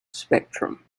spectrum